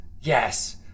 Yes